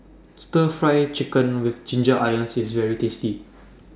Stir Fry Chicken with Ginger Onions IS very tasty